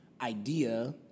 idea